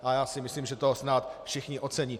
A já si myslím, že to snad všichni ocení.